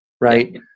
right